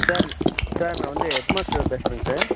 sir sir நான் வந்து head master பேசுகிறேங்க சார்